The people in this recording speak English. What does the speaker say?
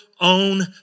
own